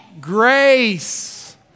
Grace